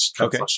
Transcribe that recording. Okay